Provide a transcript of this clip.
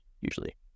usually